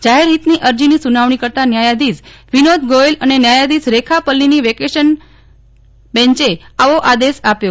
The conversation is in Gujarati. જાહેર હિત ની અરજીની સુનાવજી કરતાં ન્યાયાધીશ વિનોદ ગોયલ અને ન્યાયાધીશ રેખા પલ્લીની વેકેશન બેન્ચે આવો આદેશ આપ્યો